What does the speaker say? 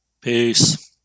Peace